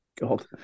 God